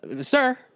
sir